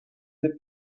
that